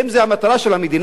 האם זו המטרה של המדינה?